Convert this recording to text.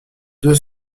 deux